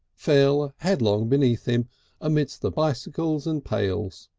fell headlong beneath him amidst the bicycles and pails.